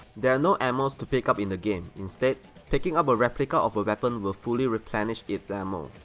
there are no ammos to pick up in the game instead, picking up a replica of a weapon will fully replenish it's ammo.